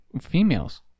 females